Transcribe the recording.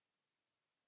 Kiitos.